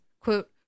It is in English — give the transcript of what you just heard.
quote